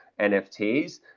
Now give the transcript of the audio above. nfts